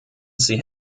sie